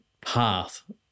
path